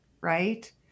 Right